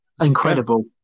incredible